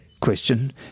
question